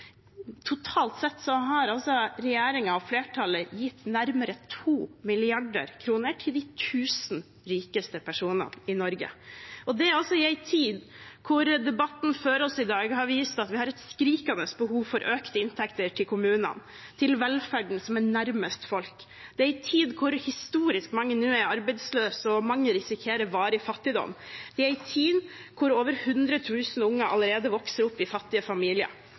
Totalt sett har regjeringen og flertallet gitt nærmere 2 mrd. kr til de 1 000 rikeste personene i Norge, og det i en tid, som debatten før i dag har vist oss, hvor vi har et skrikende behov for økte inntekter til kommunene, til velferden som er nærmest folk, i en tid hvor historisk mange er arbeidsløse, og mange risikerer varig fattigdom, i en tid hvor over 100 000 unger allerede vokser opp i fattige familier.